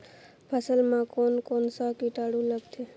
फसल मा कोन कोन सा कीटाणु लगथे?